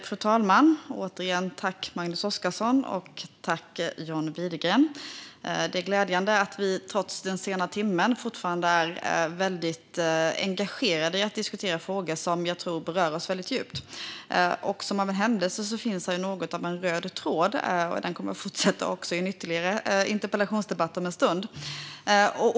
Fru talman! Det är glädjande att vi trots den sena timmen fortfarande är väldigt engagerade i att diskutera frågor som jag tror berör oss väldigt djupt. Som av en händelse finns här något av en röd tråd, och den kommer att fortsätta i ytterligare en interpellationsdebatt om en stund.